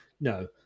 No